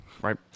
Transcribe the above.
right